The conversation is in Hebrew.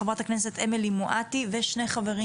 חברת הכנסת אמילי מואטי ושני חברים